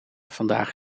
vandaag